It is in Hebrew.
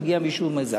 מגיע מישהו עם זה.